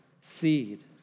seed